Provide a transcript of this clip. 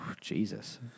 Jesus